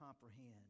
comprehend